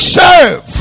serve